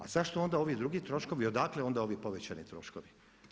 A zašto onda ovi drugi troškovi, odakle onda ovi povećani troškovi?